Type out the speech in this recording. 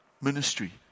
ministry